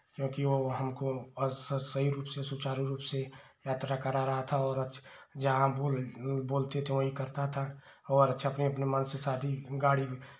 क्योंकि वो हमको सही रूप से सुचारू रूप से यात्रा करा रहा था और जहाँ बोल बोलते थे वहीं करता था और अच्छा अपने अपने मन से शादी गाड़ी